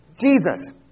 Jesus